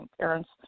parents